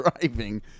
driving